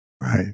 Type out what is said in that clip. Right